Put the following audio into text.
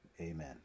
Amen